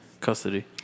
custody